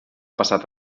passat